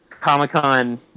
Comic-Con